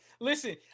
Listen